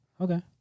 Okay